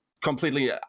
completely